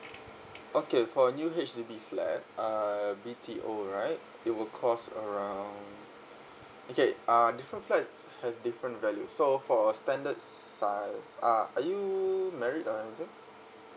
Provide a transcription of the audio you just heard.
okay for a new H_D_B flat uh B_T_O right it will cost around okay uh different flats has different value so for a standard size uh are you married or anything